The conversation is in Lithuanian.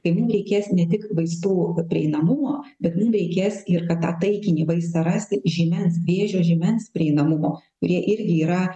tai mum reikės ne tik vaistų prieinamumo bet reikės ir kad tą taikinį vaistą rasti žymens vėžio žymens prieinamumo kurie irgi yra